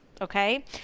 Okay